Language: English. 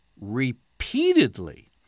repeatedly